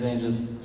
and just